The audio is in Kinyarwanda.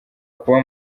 kuba